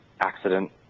Accident